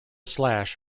slash